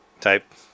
type